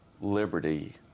liberty